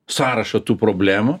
sąrašą tų problemų